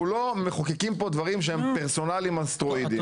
לא מחוקקים פה דברים שהם פרסונליים על סטרואידים.